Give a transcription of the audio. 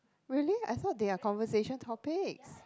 really I thought they are conversation topics